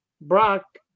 brock